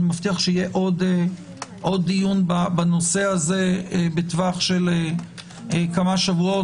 ואני מבטיח שיהיה עוד דיון בנושא הזה בטווח של כמה שבועות,